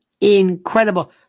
incredible